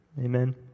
Amen